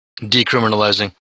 Decriminalizing